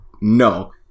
no